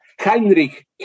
Heinrich